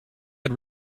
had